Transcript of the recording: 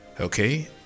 okay